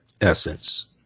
Essence